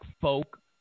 folk